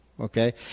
okay